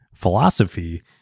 Philosophy